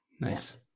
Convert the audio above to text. Nice